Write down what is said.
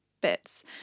bits